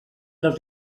les